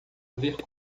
ver